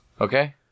Okay